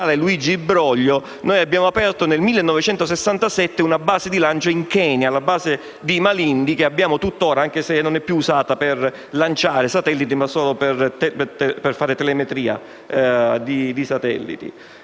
Luigi Broglio abbiamo aperto nel 1967 una base di lancio in Kenya, a Malindi, che abbiamo tutt'ora, anche se non è più usata per lanciare satelliti ma solo per fare telemetria degli stessi.